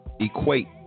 equate